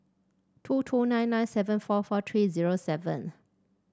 two two nine nine seven four four three zero seven